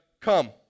come